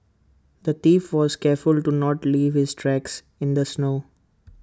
the thief was careful to not leave his tracks in the snow